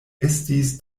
estis